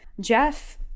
Jeff